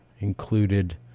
Included